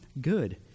good